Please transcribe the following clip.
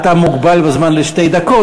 אתה מוגבל בזמן לשתי דקות,